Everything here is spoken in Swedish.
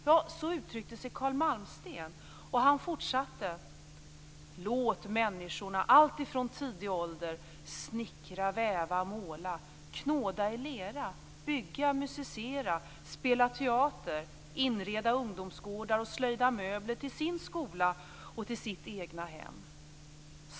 Ja, så uttryckte sig Carl Malmsten, och han fortsatte: "Låt människorna alltifrån tidig ålder snickra, väva, måla, knåda i lera, bygga, musicera, spela teater, inreda ungdomsgårdar och slöjda möbler till sin skola och till sitt egna hem.